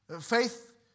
Faith